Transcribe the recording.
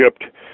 Egypt